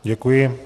Děkuji.